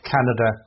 Canada